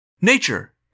Nature